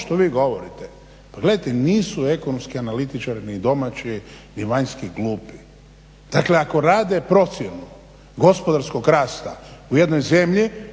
što vi govorite, pa gledajte nisu ekonomski analitičari ni domaći ni vanjski glupi. Dakle, ako rade procjenu gospodarskog rasta u jednoj zemlji